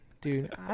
Dude